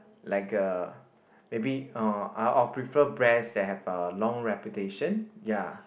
like a maybe uh I I will prefer brands that have a long reputation ya